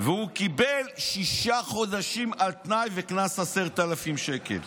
והוא קיבל שישה חודשים על תנאי וקנס של 10,000 שקל.